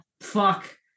fuck